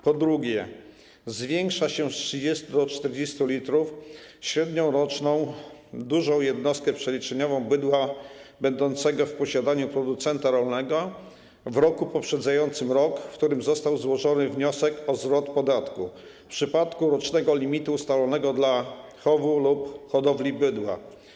Po drugie, zwiększa się z 30 l do 40 l średnią roczną dużą jednostkę przeliczeniową bydła będącego w posiadaniu producenta rolnego w roku poprzedzającym rok, w którym został złożony wniosek o zwrot podatku - w przypadku rocznego limitu ustalanego dla chowu lub hodowli bydła.